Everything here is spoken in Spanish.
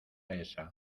esa